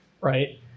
Right